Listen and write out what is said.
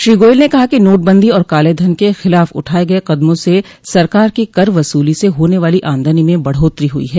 श्री गोयल ने कहा कि नोटबंदी और कालेधन के खिलाफ उठाये गये कदमों से सरकार की कर वसूली से होने वाली आमदनी में बढ़ोतरी हुई है